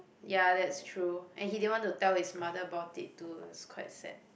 ya that's true and he didn't want to tell his mother about it too it was quite sad